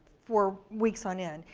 for weeks on end.